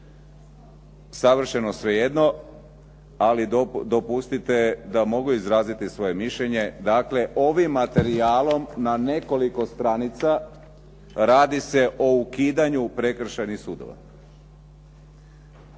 Savršeno svejedno. Ali dopustite da mogu izraziti svoje mišljenje. Dakle, ovim materijalom na nekoliko stranica, radi se o ukidanju prekršajnih sudova.